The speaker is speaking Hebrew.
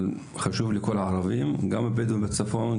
אבל חשוב לכל הערבים גם הבדואים בצפון,